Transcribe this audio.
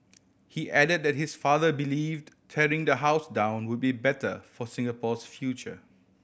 he added that his father believed tearing the house down would be better for Singapore's future